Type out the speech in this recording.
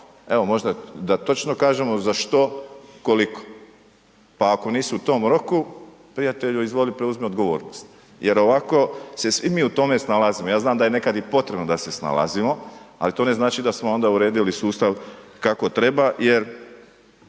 evo možda da točno kažemo za što, koliko, pa ako nisu u tom roku, prijatelju izvoli preuzmi odgovornost jer ovako se svi mi u tome snalazimo. Ja znam da je nekad i potrebno da se snalazimo, ali to ne znači da smo onda uredili sustav kako treba jer